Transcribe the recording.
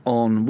on